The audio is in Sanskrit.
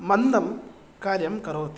मन्दं कार्यं करोति